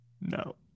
no